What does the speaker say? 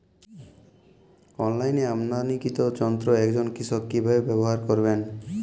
অনলাইনে আমদানীকৃত যন্ত্র একজন কৃষক কিভাবে ব্যবহার করবেন?